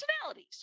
personalities